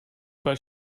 but